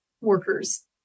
workers